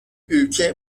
ülke